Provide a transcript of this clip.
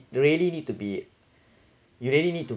you really need to be you really need to